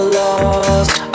lost